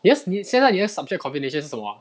你 just 你现在你的 subject combination 是什么啊